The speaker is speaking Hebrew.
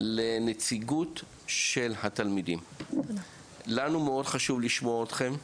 לנציגות של התלמידים, לנו מאוד חשוב לשמוע אותכם,